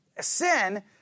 sin